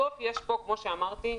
כמו שאמרתי,